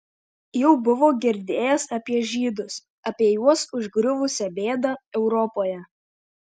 jau buvo girdėjęs apie žydus apie juos užgriuvusią bėdą europoje